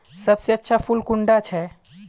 सबसे अच्छा फुल कुंडा छै?